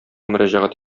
мөрәҗәгать